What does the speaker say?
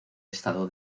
estado